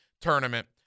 tournament